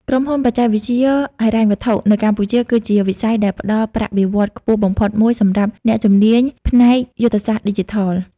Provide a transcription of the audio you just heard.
ក្រុមហ៊ុនបច្ចេកវិទ្យាហិរញ្ញវត្ថុ នៅកម្ពុជា គឺជាវិស័យដែលផ្តល់ប្រាក់បៀវត្សរ៍ខ្ពស់បំផុតមួយសម្រាប់អ្នកជំនាញផ្នែកយុទ្ធសាស្ត្រឌីជីថល។